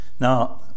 Now